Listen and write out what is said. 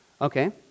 Okay